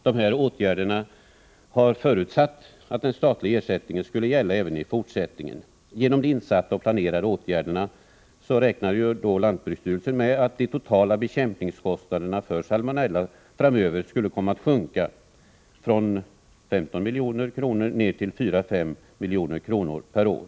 Dessa åtgärder har haft som förut Nr 108 sättning att den statliga ersättningen skulle utgå även i fortsättningen. Onsdagen den Genom de insatta och planerade åtgärderna räknade lantbruksstyrelsen med — 27 mars 1985 att de totala bekämpningskostnaderna för salmonella framöver skulle komma att sjunka från 15 milj.kr. till 4-5 milj.kr. per år.